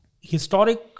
historic